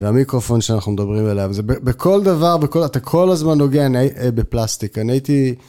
והמיקרופון שאנחנו מדברים אליו, זה בכל דבר, אתה כל הזמן נוגע בפלסטיק, אני הייתי...